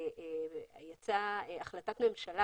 יצאה החלטת ממשלה